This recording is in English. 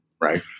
Right